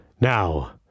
now